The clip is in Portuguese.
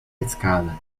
escada